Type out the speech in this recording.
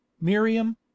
Miriam